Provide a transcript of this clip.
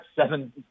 seven